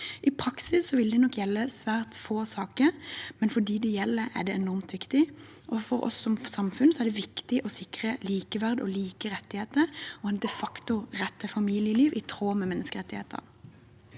I praksis vil det nok gjelde svært få saker, men for dem det gjelder, er det enormt viktig, og for oss som samfunn er det viktig å sikre likeverd, like rettigheter og en de facto rett til familieliv i tråd med menneskerettighetene.